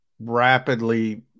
rapidly